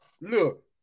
look